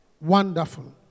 Wonderful